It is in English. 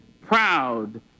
proud